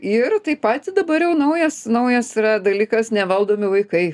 ir taip pat dabar jau naujas naujas yra dalykas nevaldomi vaikai